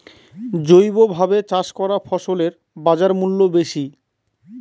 জৈবভাবে চাষ করা ফসলের বাজারমূল্য বেশি